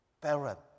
parent